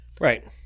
right